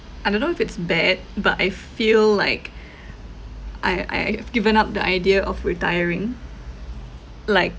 I don't know if it's bad but I feel like I I I've given up the idea of retiring like